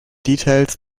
details